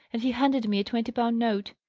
and he handed me a twenty-pound note,